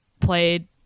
played